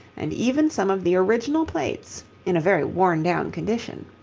and even some of the original plates in a very worn-down condition.